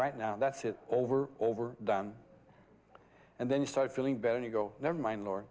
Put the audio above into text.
right now that's it over over them and then you start feeling better to go never mind or